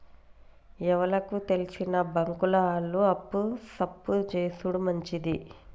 ఎవలకు తెల్సిన బాంకుల ఆళ్లు అప్పు సప్పు జేసుడు మంచిది